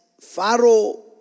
Pharaoh